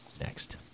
next